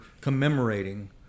commemorating